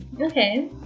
Okay